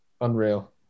Unreal